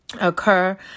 occur